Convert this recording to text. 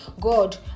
God